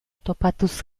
topatuz